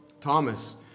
Thomas